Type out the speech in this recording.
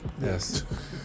Yes